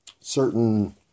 certain